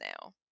now